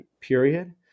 period